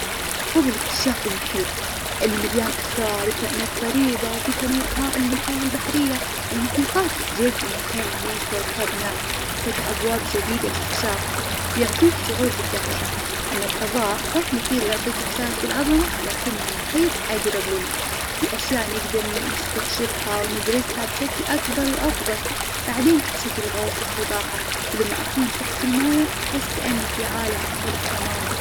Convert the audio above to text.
أفظل اكتشاف المحيط اللي مليان أسرار وكائنات غريبة وفي تنوع هائل من الحياة البحرية. المحيطات جزء مهم من كوكبنا فتح أبواب جديدة لاستكشافها يعطيك شعور بالدهشة. أما الفظاء صحيح مثير ويعطيك احساس بالعظمة، لكن المخيط أقرب لنا فيه أشياء نقدر ن- نستكشفها وندرسها بشكل أكبر وأفظل. بعدين أعشق الغوص والسباحة، ولما أكون تحت المويه أحس كأني في عالم مختلف تماما.